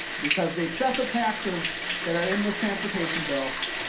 because the excessive taxes that are in this transportation bill